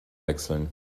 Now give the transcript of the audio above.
wechseln